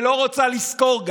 וגם לא רוצה לזכור.